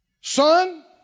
Son